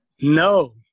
No